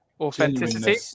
Authenticity